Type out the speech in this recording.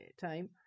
time